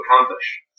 accomplish